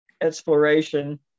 exploration